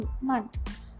month